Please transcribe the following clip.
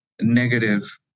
negative